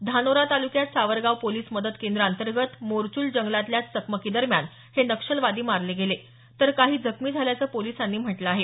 धानोरा तालुक्यात सावरगाव पोलिस मदत केंद्रा अंतर्गत मोरचूल जंगलातल्या चकमकीदरम्यान हे नक्षलवादी मारले गेले तर काही जखमी झाल्याचं पोलिसांनी म्हटलं आहे